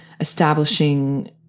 establishing